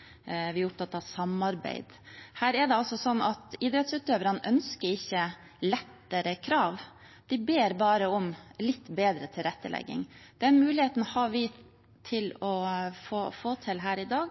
man er opptatt av dialog, man er opptatt av samarbeid. Her er det slik at idrettsutøverne ønsker ikke lettere krav. De ber bare om litt bedre tilrettelegging. Den muligheten har vi til å få til i dag,